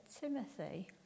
Timothy